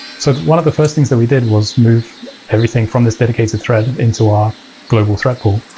so one of the first things that we did was move everything from this dedicated thread into our global thread pool,